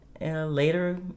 Later